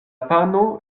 pano